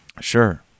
Sure